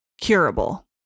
curable